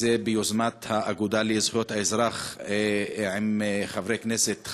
ביוזמת האגודה לזכויות האזרח עם חברי הכנסת,